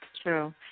true